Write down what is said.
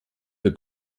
the